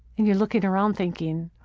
you're looking around thinking.